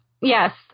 Yes